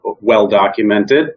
well-documented